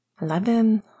Eleven